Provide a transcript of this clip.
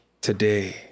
today